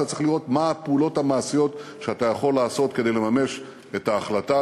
אתה צריך לראות מה הפעולות המעשיות שאתה יכול לעשות כדי לממש את ההחלטה,